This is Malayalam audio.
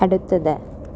അടുത്തത്